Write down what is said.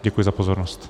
Děkuji za pozornost.